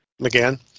McGann